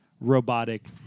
robotic